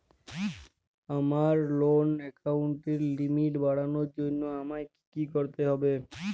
আমার লোন অ্যাকাউন্টের লিমিট বাড়ানোর জন্য আমায় কী কী করতে হবে?